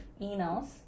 emails